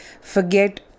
forget